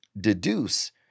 deduce